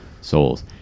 souls